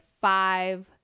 five